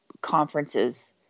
conferences